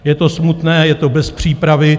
Je to smutné, je to bez přípravy.